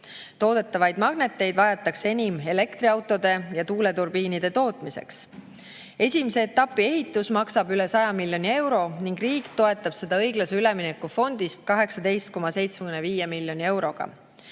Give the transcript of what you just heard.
Toodetavaid magneteid vajatakse enim elektriautode ja tuuleturbiinide tootmiseks. Esimese etapi ehitus maksab üle 100 miljoni euro ning riik toetab seda õiglase ülemineku fondist 18,75 miljoni euroga.